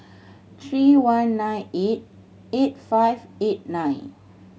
three one nine eight eight five eight nine